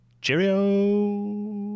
cheerio